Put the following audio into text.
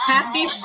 Happy